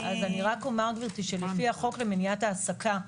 לפי החוק למניעת העסקה,